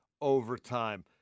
overtime